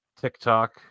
TikTok